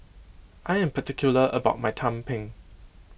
I am particular about my Tumpeng